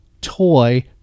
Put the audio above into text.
toy